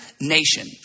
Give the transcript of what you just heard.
nation